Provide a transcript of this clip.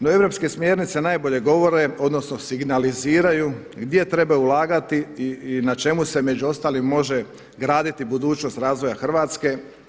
No europske smjernice najbolje govore, odnosno signaliziraju gdje trebaju ulagati i na čemu se među ostalim može graditi budućnost razvoja Hrvatske.